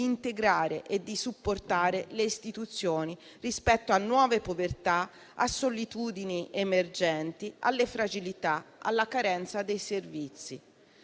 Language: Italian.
integrare e di supportare le istituzioni rispetto a nuove povertà, a solitudini emergenti, alle fragilità, alla carenza dei servizi.